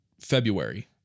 February